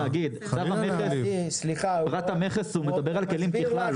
בחובת המכס הוא מדבר על כלים בכלל,